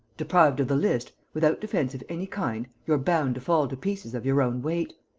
deprived of the list, without defence of any kind, you're bound to fall to pieces of your own weight.